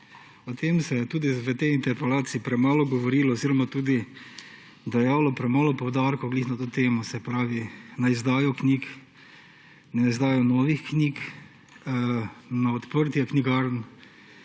O tem se je tudi v tej interpelaciji premalo govorilo oziroma dajalo premalo poudarka ravno na to temo, se pravi na izdajo knjig, na izdajo novih knjig, na odprtje knjigarn,